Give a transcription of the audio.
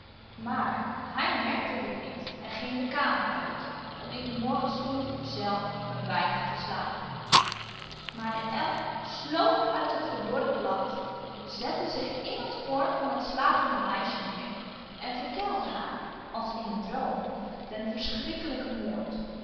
maar hij merkte dit niet en ging de kamer uit om in den morgenstond zelf een weinig te slapen maar de elf sloop uit het verdorde blad zette zich in het oor van het slapende meisje neer en vertelde haar als in een droom den verschrikkelijken